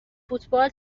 فوتبال